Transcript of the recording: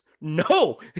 No